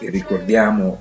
ricordiamo